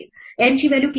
n ची value किती आहे